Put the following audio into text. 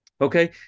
Okay